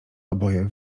oboje